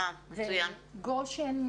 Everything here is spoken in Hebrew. גושן,